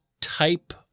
type